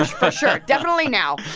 ah for sure definitely now.